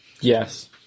Yes